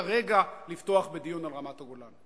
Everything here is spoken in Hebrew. כרגע לפתוח בדיון על רמת-הגולן.